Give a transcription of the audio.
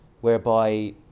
whereby